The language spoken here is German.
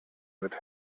mit